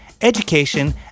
education